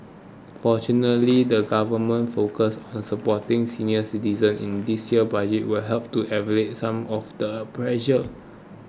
fortunately the government's focus on supporting senior citizens in this year's Budget will help to alleviate some of the pressure